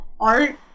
art